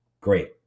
Great